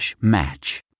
match